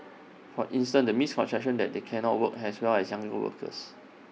for instance the misconception that they cannot work as well as younger workers